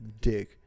dick